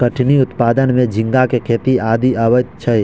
कठिनी उत्पादन में झींगा के खेती आदि अबैत अछि